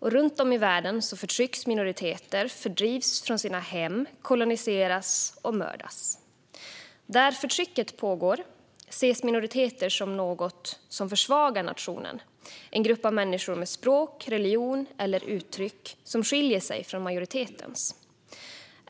Runt om i världen förtrycks minoriteter. De fördrivs från sina hem, koloniseras och mördas. Där förtrycket pågår ses minoriteter - en grupp av människor med språk, religion eller uttryck som skiljer sig från majoritetens - som något som försvagar nationen.